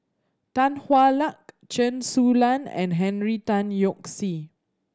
Tan Hwa Luck Chen Su Lan and Henry Tan Yoke See